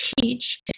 teach